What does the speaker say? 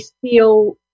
feel